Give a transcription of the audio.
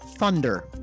Thunder